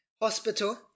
Hospital